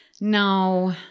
No